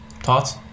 Thoughts